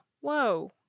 Whoa